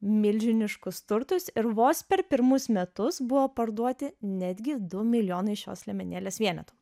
milžiniškus turtus ir vos per pirmus metus buvo parduoti netgi du milijonai šios liemenėlės vienetų